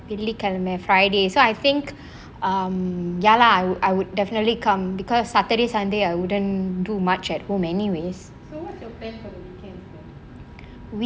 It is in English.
வெள்ளிக்கிழமை:vellikilamai friday so I think(um)ya[lah] I would definitely come because saturday sunday I wouldn't do much at home anyways